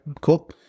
Cool